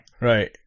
Right